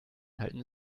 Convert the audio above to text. halten